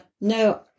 no